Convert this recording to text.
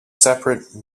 separate